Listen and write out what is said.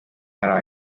ära